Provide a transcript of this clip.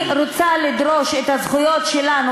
אני רוצה לדרוש את הזכויות שלנו,